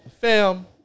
Fam